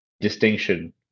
distinction